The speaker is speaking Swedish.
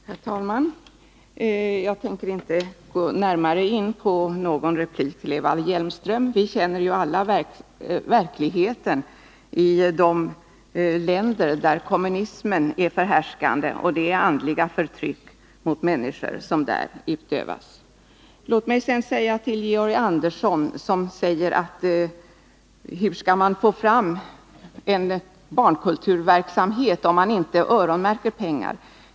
Herr talman! Jag tänker inte gå närmare in på någon replik till Eva Hjelmström. Vi känner ju alla verkligheten i de länder där kommunismen är förhärskande — och det andliga förtryck mot människor som där utövas. Georg Andersson säger: Hur skall man få fram en barnkulturverksamhet om man inte öronmärker pengar?